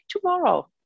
tomorrow